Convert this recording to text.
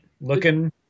looking